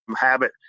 habit